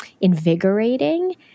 invigorating